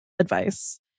advice